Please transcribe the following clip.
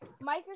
Microsoft